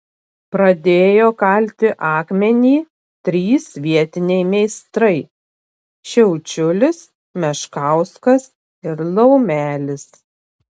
pradėjo kalti akmenį trys vietiniai meistrai šiaučiulis meškauskas ir laumelis